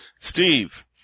Steve